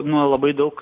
nu labai daug